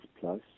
plus